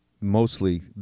mostly